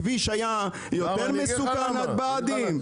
הכביש היה יותר מסוכן עד הבה"דים?